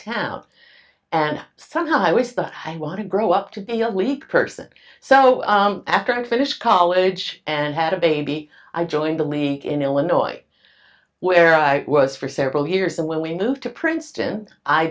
town and somehow i was the i want to grow up to be a weak person so after i finished college and had a baby i joined a leak in illinois where i was for several years and when we moved to princeton i